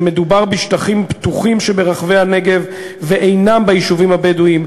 שמדובר בשטחים פתוחים שברחבי הנגב ואינם ביישובים הבדואיים,